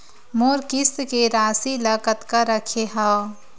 मोर किस्त के राशि ल कतका रखे हाव?